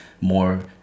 more